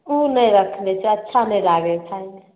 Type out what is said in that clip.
ओ नहि रखने छिए अच्छा नहि लागै हइ खाइमे